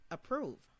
Approve